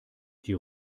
die